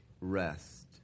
rest